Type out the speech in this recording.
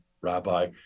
Rabbi